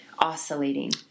Oscillating